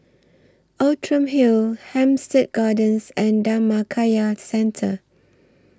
Outram Hill Hampstead Gardens and Dhammakaya Centre